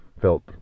felt